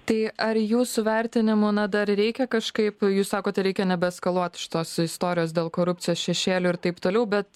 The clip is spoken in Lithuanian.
tai ar jūsų vertinimu na dar reikia kažkaip jūs sakote reikia nebeeskaluot šitos istorijos dėl korupcijos šešėlio ir taip toliau bet